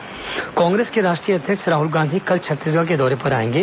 राहुल गांधी छत्तीसगढ़ कांग्रेस के राष्ट्रीय अध्यक्ष राहुल गांधी कल छत्तीसगढ़ के दौरे पर आएंगे